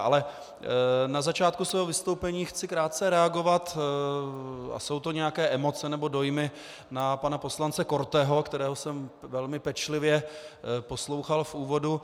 Ale na začátku svého vystoupení chci krátce reagovat, a jsou to nějaké emoce nebo dojmy, na pana poslance Korteho, kterého jsem velmi pečlivě poslouchal v úvodu.